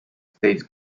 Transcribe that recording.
states